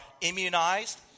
immunized